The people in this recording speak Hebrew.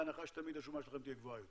בהנחה שתמיד השומה שלכם תהיה גבוהה יותר.